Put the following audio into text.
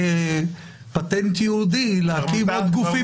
זה פטנט יהודי להרכיב עוד גופים